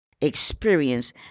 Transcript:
experience